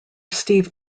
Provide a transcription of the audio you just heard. steve